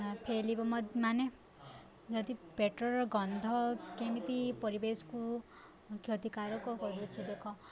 ଫେଲିବ ମାନେ ଯଦି ପେଟ୍ରୋଲ୍ର ଗନ୍ଧ କେମିତି ପରିବେଶକୁ କ୍ଷତିକାରକ କରୁଛି ଦେଖ